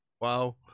wow